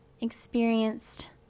experienced